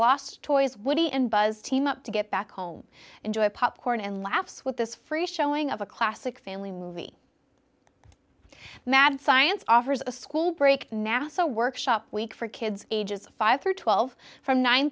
last toys woody and buzz team up to get back home enjoy a popcorn and laughs with this free showing of a classic family movie mad science offers a school break nasa workshop week for kids ages five through twelve from nine